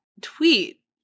tweet